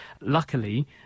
Luckily